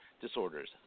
disorders